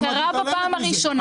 זה קרה בפעם הראשונה.